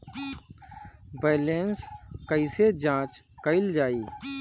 Balance कइसे जांच कइल जाइ?